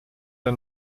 der